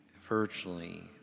virtually